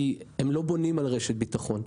כי הם לא בונים על רשת ביטחון.